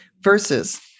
versus